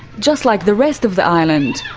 just like the rest of the island.